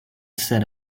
said